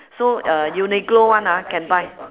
so uh uniqlo one ah can buy